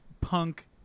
punk